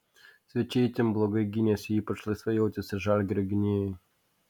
svečiai itin blogai gynėsi ypač laisvai jautėsi žalgirio gynėjai